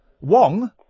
Wong